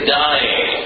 dying